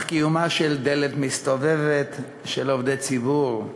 קיומה של דלת מסתובבת של עובדי ציבור,